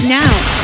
now